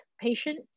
patient